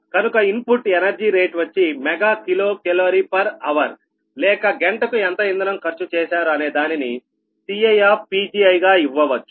కనుక input energy rate వచ్చి mega kilo calorie per hour లేక గంటకు ఎంత ఇంధనం ఖర్చు చేశారు అనే దానిని Ci గా ఇవ్వవచ్చు